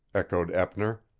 echoed eppner.